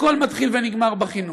הכול מתחיל ונגמר בחינוך.